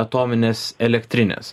atomines elektrines